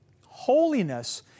Holiness